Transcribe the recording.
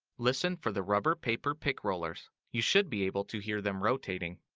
listen for the rubber paper-pick rollers. you should be able to hear them rotating.